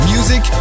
Music